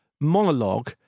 monologue